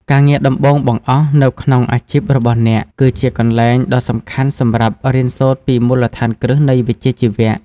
ការងារដំបូងបង្អស់នៅក្នុងអាជីពរបស់អ្នក គឺជាកន្លែងដ៏សំខាន់សម្រាប់រៀនសូត្រពីមូលដ្ឋានគ្រឹះនៃវិជ្ជាជីវៈ។